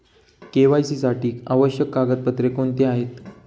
KYC साठी आवश्यक कागदपत्रे कोणती आहेत?